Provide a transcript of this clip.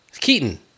Keaton